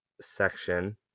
section